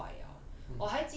die 得太快了